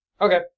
Okay